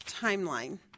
timeline